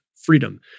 freedom